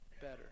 better